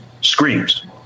screams